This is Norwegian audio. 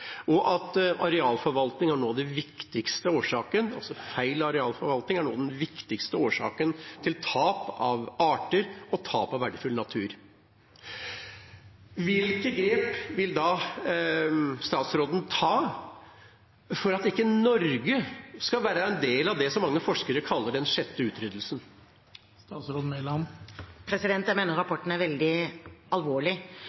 feil arealforvaltning nå er den viktigste årsaken til tap av arter og av verdifull natur. Hvilke grep vil statsråden ta for at Norge ikke skal være en del av det som mange forskere kaller den sjette utryddelsen? Jeg mener rapporten er veldig alvorlig. Derfor er jeg